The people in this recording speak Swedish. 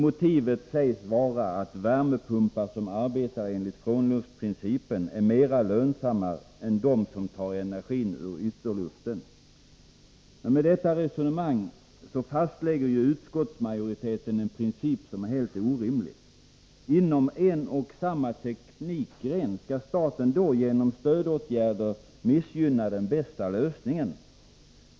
Motivet sägs vara att värmepumpar som arbetar enligt frånluftsprincipen är mer lönsamma än dem som tar energin ur ytterluften. Men med detta resonemang fastlägger utskottsmajoriteten en princip som är helt orimlig. Inom en och samma teknikgren skall staten genom stödåtgärder missgynna den bästa lösningen.